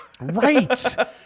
right